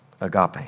agape